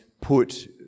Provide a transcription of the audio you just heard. put